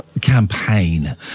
campaign